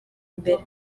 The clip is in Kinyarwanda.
imbere